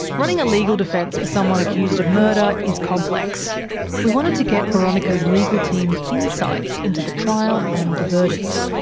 running a legal defense for someone accused of murder is complex we wanted to get boronika's legal teams' insights into the trial and the verdict.